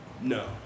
no